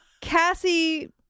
Cassie